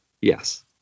yes